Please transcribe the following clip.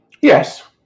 Yes